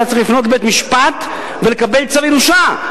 צריך לפנות לבית-המשפט ולקבל צו ירושה.